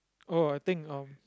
oh I think of